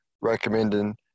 recommending